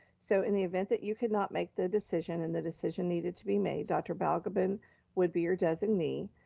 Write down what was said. so in the event that you cannot make the decision and the decision needed to be made, dr. balgobin would be your designee,